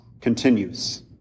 continues